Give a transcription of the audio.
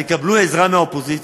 תקבלו עזרה מהאופוזיציה.